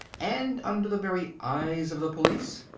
and under the very eyes of the police?